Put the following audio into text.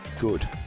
Good